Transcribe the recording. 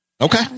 Okay